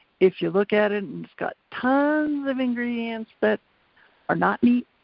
if you look at it and it's got tons of ingredients that are not meat,